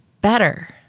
better